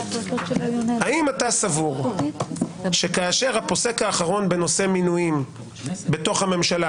האם אתה סבור שכאשר הפוסק האחרון בנושא מינויים בתוך הממשלה,